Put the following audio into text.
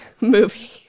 movie